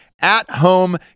at-home